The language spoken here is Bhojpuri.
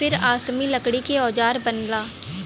फिर आसमी लकड़ी के औजार बनला